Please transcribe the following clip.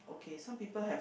okay some people have